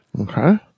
Okay